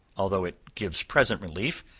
although it gives present relief,